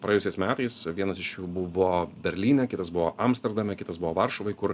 praėjusiais metais vienas iš jų buvo berlyne kitas buvo amsterdame kitas buvo varšuvoj kur